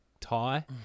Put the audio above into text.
tie